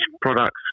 products